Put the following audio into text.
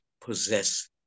possess